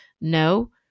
No